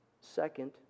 Second